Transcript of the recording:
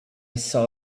saw